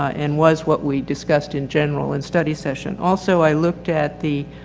and was what we discussed in general, in study session. also, i looked at the,